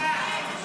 בושה.